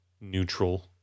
neutral